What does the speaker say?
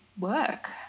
work